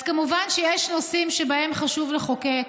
אז כמובן שיש נושאים שבהם חשוב לחוקק,